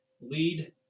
lead